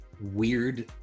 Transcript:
weird